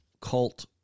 cult